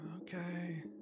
Okay